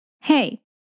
hey